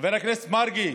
חבר הכנסת מרגי,